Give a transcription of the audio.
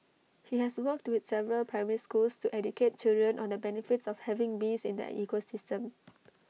he has worked with several primary schools to educate children on the benefits of having bees in the ecosystem